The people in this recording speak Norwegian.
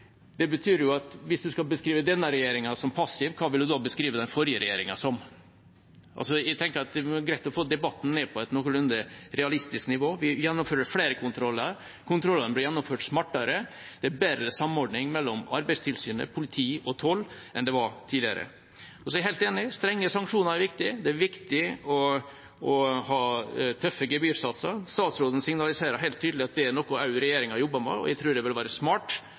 Det betyr at hvis man skal beskrive denne regjeringa som passiv, hva vil man da beskrive den forrige regjeringa som? Jeg tenker at det er greit å få debatten ned på et noenlunde realistisk nivå. Vi gjennomfører flere kontroller, kontrollene blir gjennomført smartere, og det er bedre samordning mellom Arbeidstilsynet, politi og toll enn det var tidligere. Jeg er helt enig i at strenge sanksjoner er viktig. Det er viktig å ha tøffe gebyrsatser. Statsråden signaliserer helt tydelig at det er noe også regjeringa jobber med, og jeg tror det vil være smart